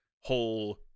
whole